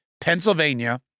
Pennsylvania